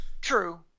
True